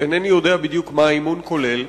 אינני יודע בדיוק מה האימון כולל,